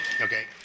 Okay